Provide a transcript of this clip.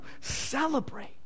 celebrate